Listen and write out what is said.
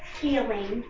feeling